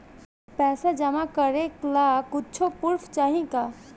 पैसा जमा करे ला कुछु पूर्फ चाहि का?